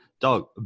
dog